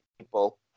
people